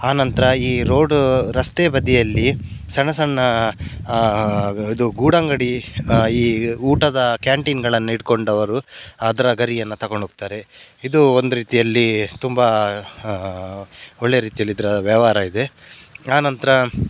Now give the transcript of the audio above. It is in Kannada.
ಆ ನಂತರ ಈ ರೋಡ್ ರಸ್ತೆ ಬದಿಯಲ್ಲಿ ಸಣ ಸಣ್ಣ ಇದು ಗೂಡಂಗಡಿ ಈ ಊಟದ ಕ್ಯಾಂಟೀನ್ಗಳನ್ನು ಇಟ್ಟುಕೊಂಡವ್ರು ಅದರ ಗರಿಯನ್ನು ತಗೊಂಡು ಹೋಗ್ತರೆ ಇದು ಒಂದು ರೀತಿಯಲ್ಲಿ ತುಂಬಾ ಒಳ್ಳೆ ರೀತಿಯಲ್ಲಿ ಇದರ ವ್ಯವಹಾರ ಇದೆ ಆ ನಂತರ